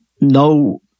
no